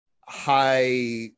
high